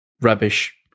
rubbish